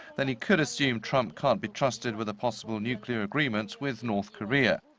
then he could assume trump can't be trusted with a possible nuclear agreement with north korea.